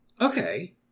Okay